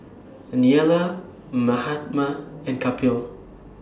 Neila Mahatma and Kapil